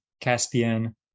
Caspian